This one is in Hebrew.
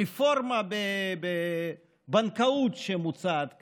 הרפורמה בבנקאות שמוצעת כאן,